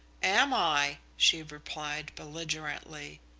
am i! she replied belligerently.